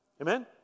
Amen